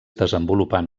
desenvolupant